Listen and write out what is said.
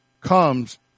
comes